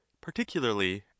particularly